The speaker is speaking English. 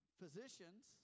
physicians